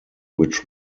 which